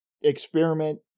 experiment